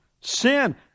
sin